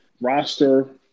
roster